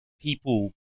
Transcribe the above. people